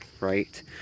right